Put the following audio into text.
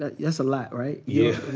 ah yeah that's a lot, right? yeah.